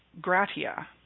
Gratia